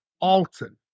Alton